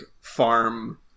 farm